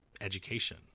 education